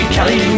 Kelly